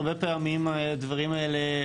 הרבה פעמים הדברים האלה,